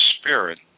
spirit